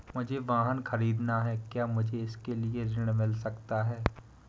मुझे वाहन ख़रीदना है क्या मुझे इसके लिए ऋण मिल सकता है?